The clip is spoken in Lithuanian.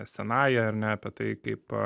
senaja ar ne apie tai kaip